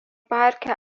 parke